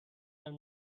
are